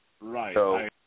Right